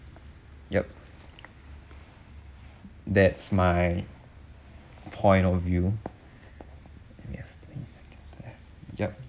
yup that's my point of view yup